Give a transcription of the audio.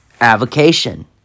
avocation